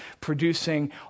producing